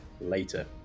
later